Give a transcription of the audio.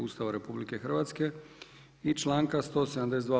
Ustava RH i članka 172.